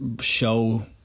show